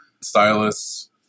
stylists